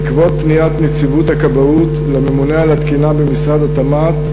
בעקבות פניית נציבות הכבאות לממונה על התקינה במשרד התמ"ת,